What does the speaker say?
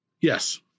Yes